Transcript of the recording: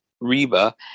Reba